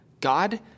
God